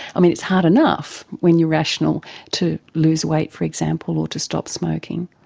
i mean it's hard enough when you're rational to lose weight for example or to stop smoking.